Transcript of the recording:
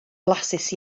blasus